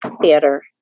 theater